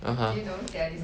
(uh huh)